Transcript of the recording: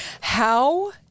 How-